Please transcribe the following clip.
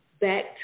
back